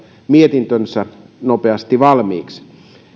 mietintönsä nopeasti valmiiksi